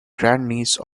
grandniece